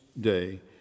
Day